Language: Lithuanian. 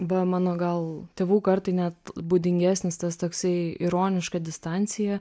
va mano gal tėvų kartai net būdingesnis tas toksai ironiška distancija